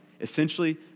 Essentially